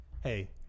Hey